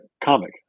comic